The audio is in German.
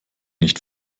nicht